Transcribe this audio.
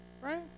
right